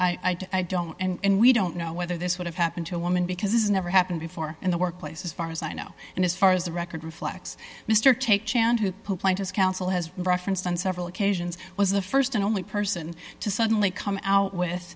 i don't and we don't know whether this would have happened to a woman because it's never happened before in the workplace as far as i know and as far as the record reflects mr take chand who has counsel has referenced on several occasions was the st and only person to suddenly come out with